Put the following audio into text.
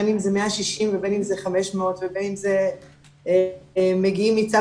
בין אם זה 160 ובין אם זה 500 ובין אם מגיעים מצו